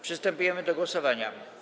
Przystępujemy do głosowania.